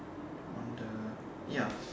on the ya